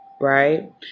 Right